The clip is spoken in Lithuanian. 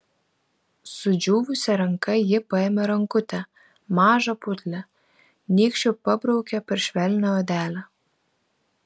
sudžiūvusia ranka ji paėmė rankutę mažą putlią nykščiu pabraukė per švelnią odelę